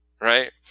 right